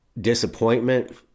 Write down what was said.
disappointment